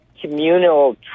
communal